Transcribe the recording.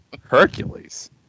Hercules